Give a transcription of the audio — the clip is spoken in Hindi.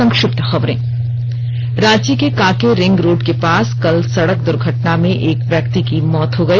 संक्षिप्त खबर रांची के कांके रिंग रोड के पास कल सड़क दुर्घटना में एक व्यक्ति की मौत हो गई